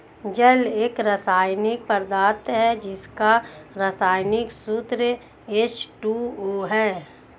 जल एक रसायनिक पदार्थ है जिसका रसायनिक सूत्र एच.टू.ओ है